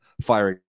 firing